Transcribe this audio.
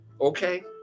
Okay